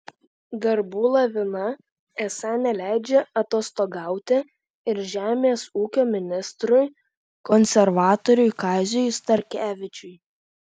darbų lavina esą neleidžia atostogauti ir žemės ūkio ministrui konservatoriui kaziui starkevičiui